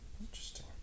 Interesting